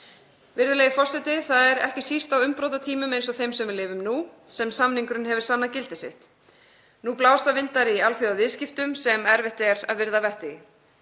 Virðulegi forseti. Það er ekki síst á umbrotatímum eins og þeim sem við lifum nú sem samningurinn hefur sannað gildi sitt. Nú blása vindar í alþjóðaviðskiptum sem erfitt er að virða að vettugi.